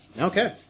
Okay